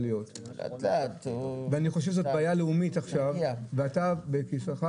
להיות ואני חושב שזאת בעיה לאומית עכשיו ואתה בכיסאך